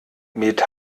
mit